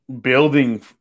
building